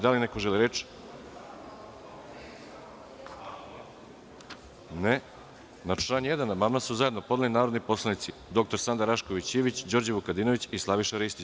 Da li neko želi reč? (Ne) Na član 1. amandman su zajedno podneli narodni poslanici dr Sanda Rašković Ivić, Đorđe Vukadinović i Slaviša Ristić.